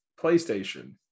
PlayStation